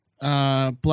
Black